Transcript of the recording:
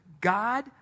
God